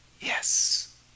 yes